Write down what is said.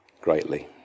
greatly